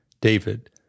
David